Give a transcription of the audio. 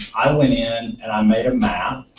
i went in and i made a map,